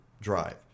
drive